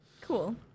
cool